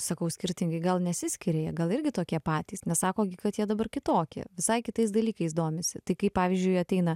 sakau skirtingai gal nesiskiria jie gal irgi tokie patys nes sako kad jie dabar kitokie visai kitais dalykais domisi tai kai pavyzdžiui ateina